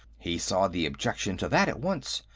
he saw the objection to that at once.